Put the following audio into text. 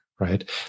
Right